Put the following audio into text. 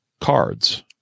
cards